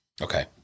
Okay